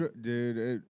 dude